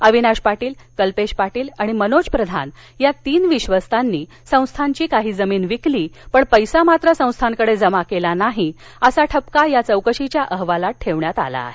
अविनाश पाटील कल्पेश पाटील आणि मनोज प्रधान या तीन विश्वस्तांनी संस्थानाची काही जमीन विकली पण पैसा संस्थानात जमा केला नाही असा ठपका या चौकशीच्या अहवालात ठेवण्यात आला आहे